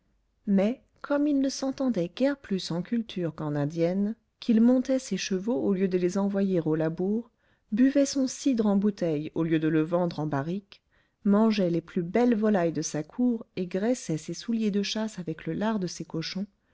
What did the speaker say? mais comme il ne s'entendait guère plus en culture qu'en indiennes qu'il montait ses chevaux au lieu de les envoyer au labour buvait son cidre en bouteilles au lieu de le vendre en barriques mangeait les plus belles volailles de sa cour et graissait ses souliers de chasse avec le lard de ses cochons